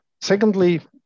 Secondly